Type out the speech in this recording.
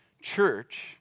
Church